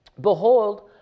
Behold